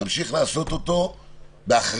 נמשיך לעשות אותו באחריות,